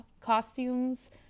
costumes